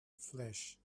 flesh